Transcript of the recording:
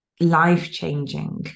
life-changing